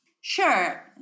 Sure